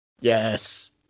Yes